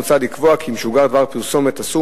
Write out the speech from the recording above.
מוצע לקבוע כי אם שוגר דבר פרסומת אסור